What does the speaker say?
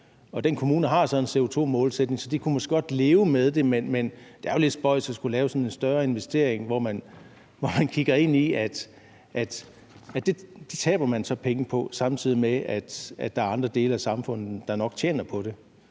år. Den kommune har så en CO2-målsætning, så de kunne måske godt leve med det, men det er jo lidt spøjst at skulle lave sådan en større investering, hvor man kigger ind i, at man så taber penge på det, samtidig med at der er andre dele af samfundet, der nok tjener på det.